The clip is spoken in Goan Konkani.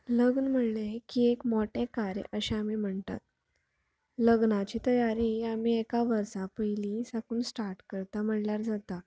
लग्न म्हणलें की एक मोटे कार्य अशें आमी म्हणटात लग्नाची तयारी आमी एका वर्सा पयलीं साकून स्टार्ट करता म्हणल्यार जाता